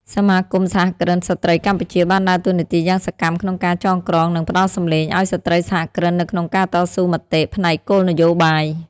សមាគមសហគ្រិនស្រ្តីកម្ពុជា បានដើរតួនាទីយ៉ាងសកម្មក្នុងការចងក្រង និងផ្ដល់សំឡេងឱ្យស្ត្រីសហគ្រិននៅក្នុងការតស៊ូមតិផ្នែកគោលនយោបាយ។